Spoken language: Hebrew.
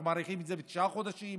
אנחנו מאריכים את זה בתשעה חודשים,